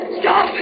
Stop